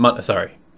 sorry